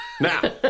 Now